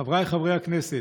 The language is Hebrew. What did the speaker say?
חבריי חברי הכנסת,